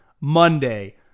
Monday